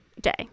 day